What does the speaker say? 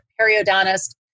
periodontist